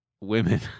women